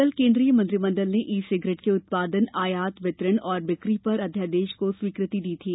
कल केन्द्रीय मंत्रिमण्डल ने ई सिगरेट के उत्पादन आयात वितरण और बिक्री पर अध्यादेश को स्वीकृ ति दी थी